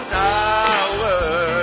tower